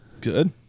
Good